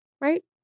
right